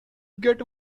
get